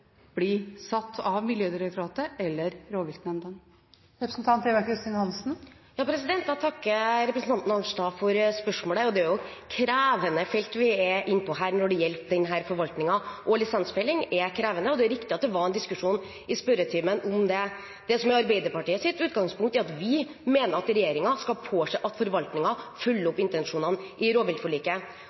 Jeg takker representanten Arnstad for spørsmålet. Det er krevende felt vi er inne på her når det gjelder denne forvaltningen. Lisensfelling er krevende, og det er riktig at det var en diskusjon i spørretimen om det. Det som er Arbeiderpartiets utgangspunkt, er at vi mener at regjeringen skal påse at forvaltningen følger opp intensjonene i rovviltforliket.